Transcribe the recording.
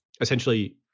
essentially